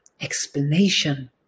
explanation